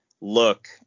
look